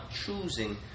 choosing